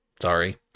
sorry